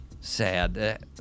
Sad